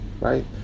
right